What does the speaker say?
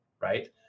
Right